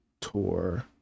tour